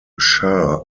sha